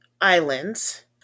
Islands